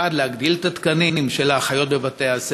1. להגדיל את מספר התקנים של האחיות בבתי-הספר,